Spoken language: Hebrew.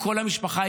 כל המשפחה,